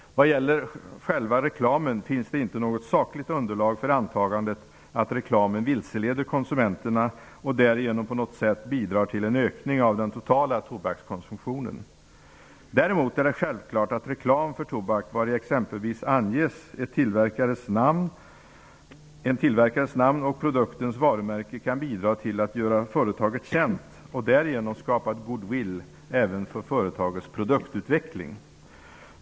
Vad gäller själva reklamen finns det inte något sakligt underlag för antagandet att reklamen vilseleder konsumenterna och därigenom på något sätt bidrar till en ökning av den totala tobakskonsumtionen. Däremot är det självklart att reklam för tobak, vari exempelvis anges en tillverkares namn och produktens varumärke, kan bidra till att göra företaget känt och därigenom skapa goodwill även för företagets produktutveckling.